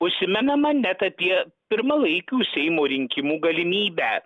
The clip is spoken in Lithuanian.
užsimenama net apie pirmalaikių seimo rinkimų galimybę